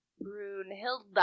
Brunhilda